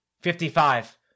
Fifty-five